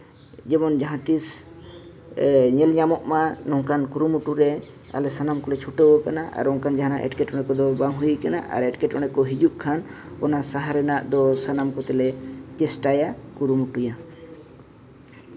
ᱡᱮᱢᱚᱱ ᱡᱟᱦᱟᱸ ᱛᱤᱥ ᱧᱮᱞ ᱧᱟᱢᱚᱜᱢᱟ ᱱᱚᱝᱠᱟᱱ ᱠᱩᱨᱩᱢᱩᱴᱩ ᱨᱮ ᱟᱞᱮ ᱥᱟᱱᱟᱢ ᱠᱚᱞᱮ ᱪᱷᱩᱴᱟᱹᱣ ᱟᱠᱟᱱᱟ ᱟᱨ ᱚᱱᱠᱟᱱ ᱡᱟᱦᱟᱱᱟᱜ ᱮᱴᱠᱮᱴᱚᱬᱮ ᱠᱚᱫᱚ ᱵᱟᱝ ᱦᱩᱭ ᱟᱠᱟᱱᱟ ᱟᱨ ᱮᱴᱠᱮᱴᱚᱬᱮ ᱠᱚ ᱦᱤᱡᱩᱜ ᱠᱷᱟᱱ ᱚᱱᱟ ᱥᱟᱦᱟ ᱨᱮᱱᱟᱜ ᱫᱚ ᱥᱟᱱᱟᱢ ᱠᱚᱛᱮ ᱞᱮ ᱪᱮᱥᱴᱟᱭᱟ ᱠᱩᱨᱩᱢᱩᱴᱩᱭᱟ